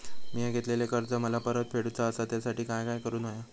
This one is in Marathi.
मिया घेतलेले कर्ज मला परत फेडूचा असा त्यासाठी काय काय करून होया?